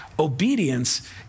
obedience